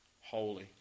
holy